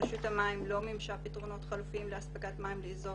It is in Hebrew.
רשות המים לא מימשה פתרונות חלופיים לאספקת מים לאזור